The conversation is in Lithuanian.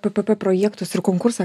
ppp projektus ir konkursą